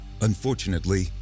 Unfortunately